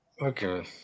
Okay